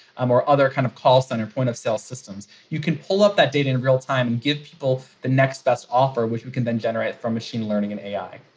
um or other kind of call center point of sale systems. you can pull up that data in real time and give people the next best offer which we can then generate from machine learning and ai.